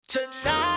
Tonight